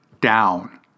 down